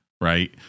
Right